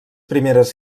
primeres